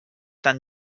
tan